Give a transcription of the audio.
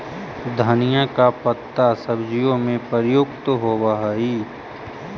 धनिया का पत्ता सब्जियों में प्रयुक्त होवअ हई